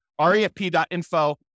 refp.info